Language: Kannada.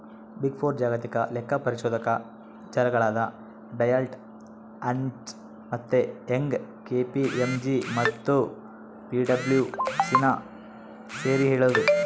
ಬಿಗ್ ಫೋರ್ ಜಾಗತಿಕ ಲೆಕ್ಕಪರಿಶೋಧಕ ಜಾಲಗಳಾದ ಡೆಲಾಯ್ಟ್, ಅರ್ನ್ಸ್ಟ್ ಮತ್ತೆ ಯಂಗ್, ಕೆ.ಪಿ.ಎಂ.ಜಿ ಮತ್ತು ಪಿಡಬ್ಲ್ಯೂಸಿನ ಸೇರಿ ಹೇಳದು